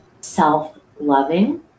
self-loving